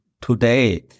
today